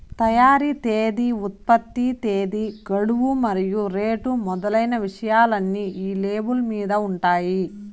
తయారీ తేదీ ఉత్పత్తి తేదీ గడువు మరియు రేటు మొదలైన విషయాలన్నీ ఈ లేబుల్ మీద ఉంటాయి